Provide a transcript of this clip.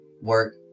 work